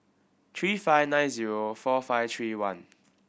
three five nine zero four five three one